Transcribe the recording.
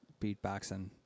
Beatboxing